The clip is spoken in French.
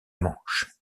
manche